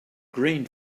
green